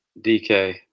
DK